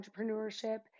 entrepreneurship